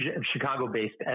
chicago-based